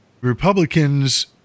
Republicans